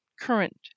current